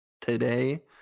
Today